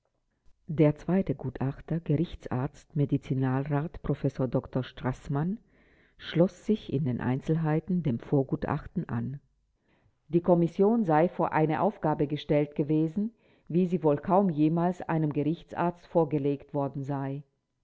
der zweite gutachter gerichtsarzt medizinalrat professor dr straßmann schloß sich in den einzelheiten dem vorgutachten an die kommission sei vor eine aufgabe gestellt gewesen wie sie wohl kaum jemals einem gerichtsarzt vorgelegt worden sei